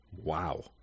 Wow